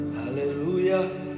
hallelujah